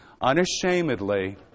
unashamedly